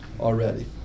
already